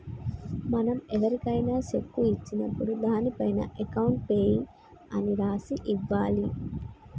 మనం ఎవరికైనా శెక్కు ఇచ్చినప్పుడు దానిపైన అకౌంట్ పేయీ అని రాసి ఇవ్వాలి